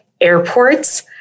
airports